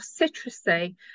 citrusy